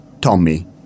Tommy